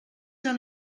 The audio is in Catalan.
han